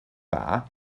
dda